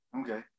okay